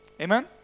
Amen